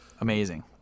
Amazing